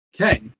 Okay